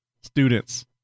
students